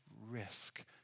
risk